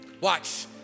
Watch